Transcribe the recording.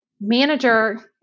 manager